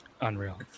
unreal